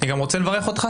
אני רוצה לברך גם אותך,